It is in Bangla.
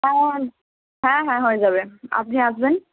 হ্যাঁ হ্যাঁ হয়ে যাবে আপনি আসবেন